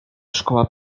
szkoła